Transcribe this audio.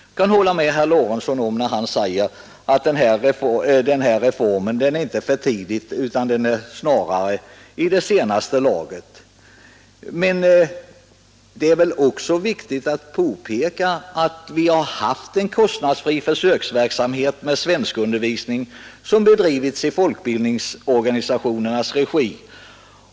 Jag kan hålla med herr Lorentzon när han säger att den här reformen inte kommer för tidigt utan snarare i senaste laget. Men det är väl också viktigt att påpeka att vi har haft en kostnadsfri försöksverksamhet med svenskundervisning i folkbildningsorganisationernas regi.